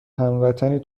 هموطنی